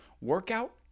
Workout